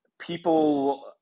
People